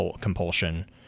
compulsion